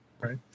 Right